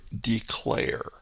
declare